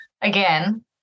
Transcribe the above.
again